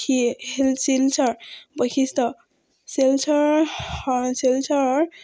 শিলচৰ বৈশিষ্ট্য শিলচৰ শিলচৰৰ